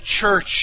church